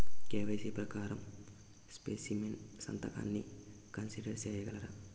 KYC ప్రకారం specimen సంతకాన్ని consider సేయగలరా?